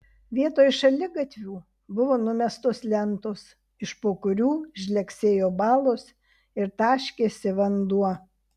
vietoj šaligatvių buvo numestos lentos iš po kurių žlegsėjo balos ir taškėsi vanduo